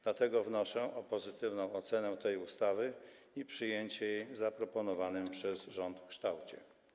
Dlatego wnoszę o pozytywną ocenę tej ustawy i przyjęcie jej w zaproponowanym przez rząd kształcie.